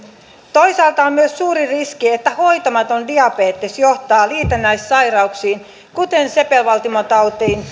toisaalta on myös suuri riski että hoitamaton diabetes johtaa liitännäissairauksiin kuten sepelvaltimotautiin